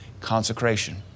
Consecration